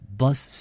bus